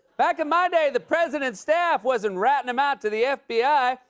back in my day, the president's staff wasn't ratting him out to the fbi.